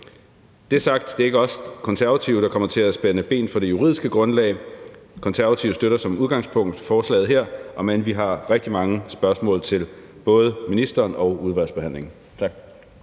Som sagt er det ikke os Konservative, der kommer til at spænde ben for det juridiske grundlag. Konservative støtter som udgangspunkt forslaget her, om end vi har rigtig mange spørgsmål til både ministeren og udvalgsbehandlingen. Tak.